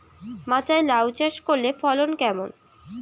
মাচায় লাউ চাষ করলে ফলন কেমন?